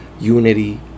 Unity